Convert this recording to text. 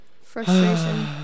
Frustration